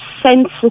sensitive